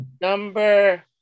number